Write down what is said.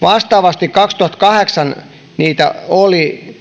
vastaavasti kaksituhattakahdeksan heitä oli